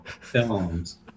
films